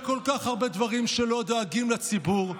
בכל כך הרבה דברים שלא דואגים לציבור,